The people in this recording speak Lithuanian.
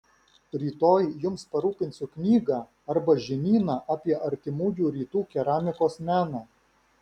rytoj jums parūpinsiu knygą arba žinyną apie artimųjų rytų keramikos meną